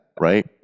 right